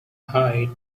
height